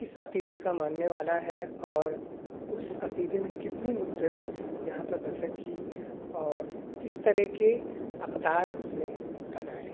کس عقیدے کا ماننے والا ہے اور اس عقیدے میں کتنی مدت یہاں پر بسر کی اور کس طرح کے اقدار اس نے بنائے